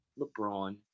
LeBron